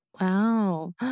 wow